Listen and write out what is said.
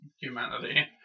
humanity